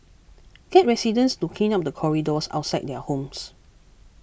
get residents to clean up the corridors outside their homes